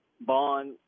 Bond